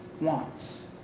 wants